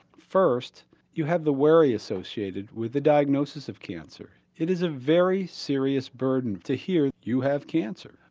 first you have the worry associated with the diagnosis of cancer. it is a very serious burden to hear you have cancer.